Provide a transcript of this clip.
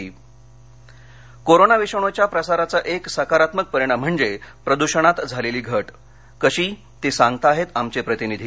प्रदृषणातील घट कोरोना विषाणूच्या प्रसाराचा एक सकारात्मक परिणाम म्हणजे प्रदूषणात झालेली घट कशी ती सांगताहेत आमचे प्रतिनिधी